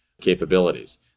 capabilities